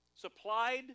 supplied